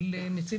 לנציב